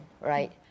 right